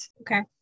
Okay